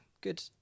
Good